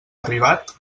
arribat